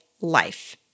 life